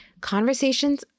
conversations